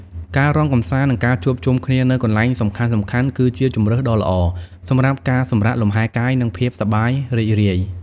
ការរាំកម្សាន្ត និងការជួបជុំគ្នានៅកន្លែងសំខាន់ៗ គឺជាជម្រើសដ៏ល្អសម្រាប់ការសម្រាកលំហែកាយ និងភាពសប្បាយរីករាយ។